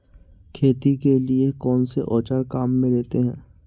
खेती के लिए कौनसे औज़ार काम में लेते हैं?